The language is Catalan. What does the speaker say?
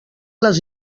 les